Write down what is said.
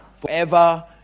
Forever